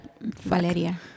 Valeria